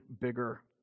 bigger